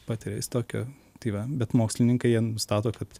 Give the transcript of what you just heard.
patiria jis tokio tai va bet mokslininkai jie nustato kad